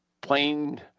plain